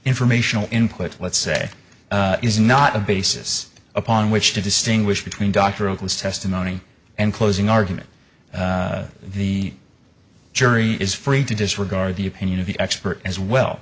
informational input let's say is not a basis upon which to distinguish between dr oakley's testimony and closing argument the jury is free to disregard the opinion of the expert as well